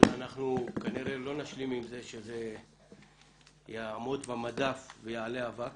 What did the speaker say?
לא נשלים עם מצב שהתקנות יהיו על המדף ויעלה אבק